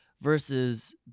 versus